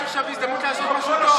יש עכשיו הזדמנות לעשות משהו טוב.